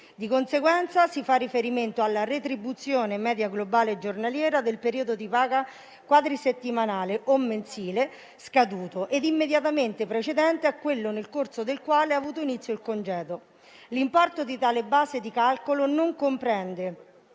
Di conseguenza, si fa riferimento alla retribuzione media globale giornaliera del periodo di paga quadrisettimanale o mensile scaduto e immediatamente precedente a quello nel corso del quale ha avuto inizio il congedo. L'importo di tale base di calcolo non comprende